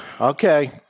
Okay